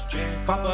Papa